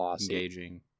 engaging